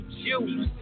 juice